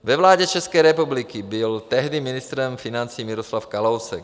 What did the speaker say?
Ve vládě České republiky byl tehdy ministrem financí Miroslav Kalousek.